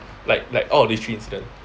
like like out of these three incidents